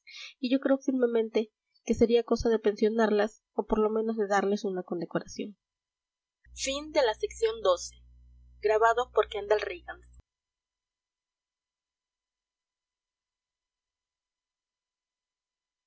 yo creo firmemente que sería cosa de pensionarlas o por lo menos de darles una condecoración xii julio antonio